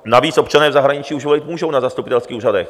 Navíc občané v zahraničí už volit můžou na zastupitelských úřadech.